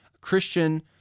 Christian